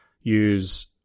use